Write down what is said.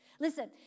Listen